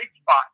spot